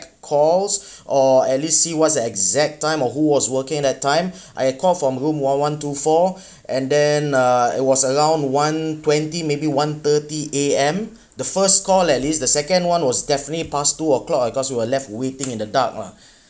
calls or at least see what's the exact time uh who was working at that time I had call from room one one two four and then uh it was around one twenty maybe one-thirty A_M the first call at least the second one was definitely passed two o'clock because we were left waiting in the dark lah